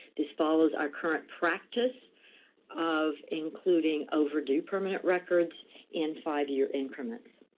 this follows our current practice of including overdue permanent records in five year increments.